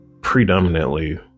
predominantly